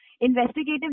investigative